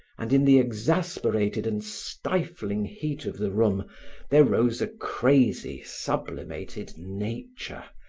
and, in the exasperated and stifling heat of the room there rose a crazy sublimated nature,